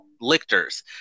Lictors